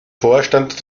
vorstand